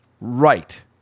Right